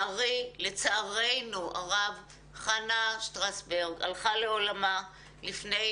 לצערנו הרב חנה שטרסברג הלכה לעולמה לפני